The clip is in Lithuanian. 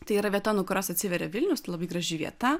tai yra vieta nuo kurios atsiveria vilnius tai labai graži vieta